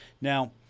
Now